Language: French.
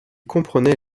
comprenait